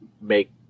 make